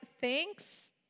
Thanks